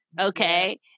Okay